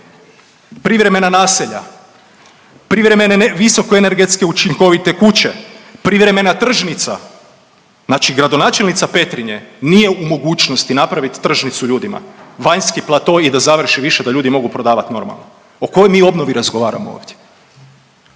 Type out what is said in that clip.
privremena naselja, privremene visokoenergetske učinkovite kuće, privremena tržnica. Znači gradonačelnica Petrinje nije u mogućnosti napravit tržnicu ljudima, vanjski plato i da završi više da ljudi mogu prodavat normalno. O kojoj mi obnovi razgovaramo ovdje?